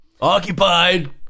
Occupied